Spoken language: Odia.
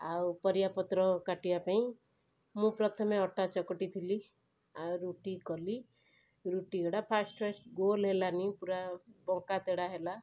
ଆଉ ପରିବାପତ୍ର କାଟିବାପାଇଁ ମୁଁ ପ୍ରଥମେ ଅଟା ଚକଟି ଥିଲି ଆଉ ରୁଟି କଲି ରୁଟିଗୁଡ଼ା ଫାଷ୍ଟ ଫାଷ୍ଟ ଗୋଲ ହେଲାନି ପୁରା ବଙ୍କା ତେଢ଼ା ହେଲା